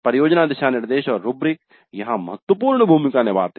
परियोजना दिशानिर्देश और रूब्रिक यहां महत्वपूर्ण भूमिका निभाते हैं